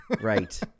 right